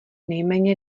nejméně